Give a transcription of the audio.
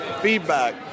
feedback